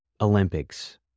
Olympics